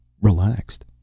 relaxed